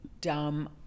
dumb